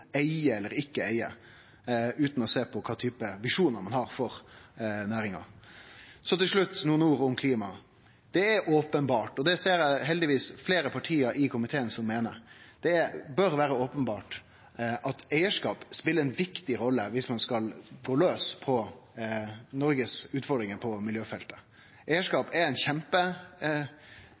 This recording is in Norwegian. eige eller ikkje eige, utan å sjå på kva type visjonar ein har for næringa. Så til slutt nokre ord om klima: Det bør vere openbert, og det ser eg heldigvis at det er fleire parti i komiteen som meiner, at eigarskap spelar ei viktig rolle dersom ein skal gå laus på Noregs utfordringar på miljøfeltet. Eigarskap er